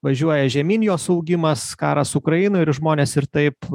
važiuoja žemyn jos augimas karas ukrainoj ir žmonės ir taip